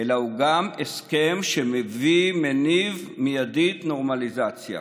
אלא הוא גם הסכם שמביא, מניב מיידית, נורמליזציה.